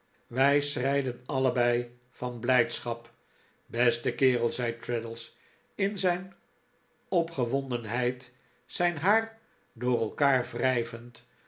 wij schreiden allebei van blijdschap beste kerel zei traddles in zijn opgewondenheid zijn haar door elkaar